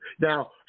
Now